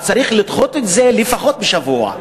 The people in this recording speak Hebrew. אז צריך לדחות את זה לפחות בשבוע.